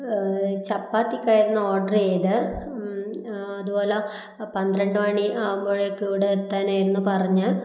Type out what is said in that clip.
ചപ്പാത്തിക്കായിരുന്നു order ചെയ്തത് അതുപോലെ പന്ത്രണ്ട് മണി ആകുമ്പോഴേക്ക് ഇവിടെ എത്തനായിരുന്നു പറഞ്ഞത്